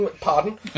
Pardon